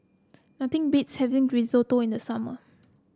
nothing beats having Risotto in the summer